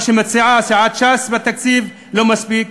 מה שמציעה סיעת ש"ס בתקציב לא מספיק,